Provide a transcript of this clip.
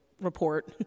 report